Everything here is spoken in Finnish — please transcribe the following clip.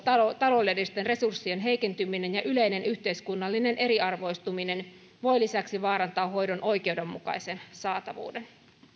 ta loudellisten resurssien heikentyminen ja yleinen yhteiskunnallinen eriarvoistuminen voivat lisäksi vaarantaa hoidon oikeudenmukaisen saatavuuden